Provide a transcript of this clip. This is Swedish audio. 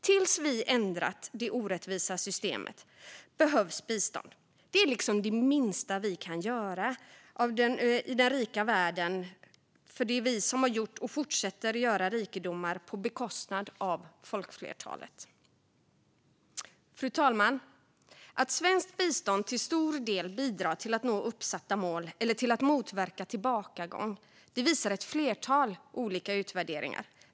Tills vi har ändrat det orättvisa systemet behövs bistånd. Det är det minsta vi i den rika delen av världen kan göra. Det är ju vi som har gjort och fortsätter att göra rikedomar på bekostnad av folkflertalet. Fru talman! Att svenskt bistånd till stor del bidrar till att nå uppsatta mål eller till att motverka tillbakagång visar ett flertal olika utvärderingar.